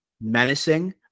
menacing